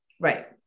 right